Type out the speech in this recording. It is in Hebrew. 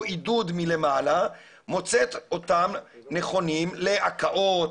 בעידוד מלמעלה מוצאת אותם נכונים להכאות,